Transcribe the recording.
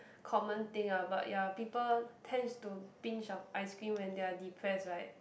common thing ah but ya people tends to binge of ice cream when they are depressed right